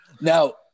now